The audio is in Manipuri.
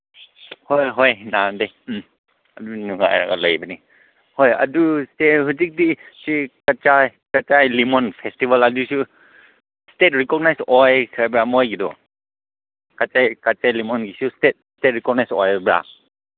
ꯍꯣꯏ ꯍꯣꯏ ꯅꯥꯗꯦ ꯎꯝ ꯑꯗꯨꯝ ꯅꯨꯡꯉꯥꯏꯔꯒ ꯂꯩꯕꯅꯤ ꯍꯣꯏ ꯑꯗꯨꯁꯦ ꯍꯧꯖꯤꯛꯇꯤ ꯁꯤ ꯀꯆꯥꯏ ꯀꯆꯥꯏ ꯂꯤꯃꯣꯟ ꯐꯦꯁꯇꯤꯚꯦꯜ ꯑꯗꯨꯁꯨ ꯁ꯭ꯇꯦꯠ ꯔꯤꯀꯣꯛꯅꯥꯏꯖ ꯑꯣꯏꯈ꯭ꯔꯕ꯭ꯔꯥ ꯃꯣꯏꯒꯤꯗꯨ ꯀꯆꯥꯏ ꯀꯆꯥꯏ ꯂꯤꯃꯣꯟꯒꯤ ꯁ꯭ꯇꯦꯠ ꯁ꯭ꯇꯦꯠ ꯔꯤꯀꯣꯛꯅꯥꯏꯖ ꯑꯣꯏꯕ꯭ꯔꯥ